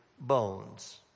bones